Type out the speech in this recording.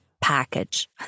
package